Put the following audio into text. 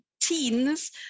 teens